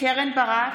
קרן ברק,